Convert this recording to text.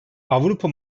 avrupa